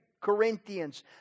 Corinthians